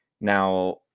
Now